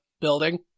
building